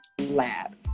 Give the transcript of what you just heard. lab